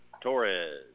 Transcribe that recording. Torres